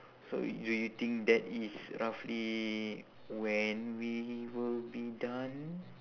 so y~ do you think that is roughly when we will be done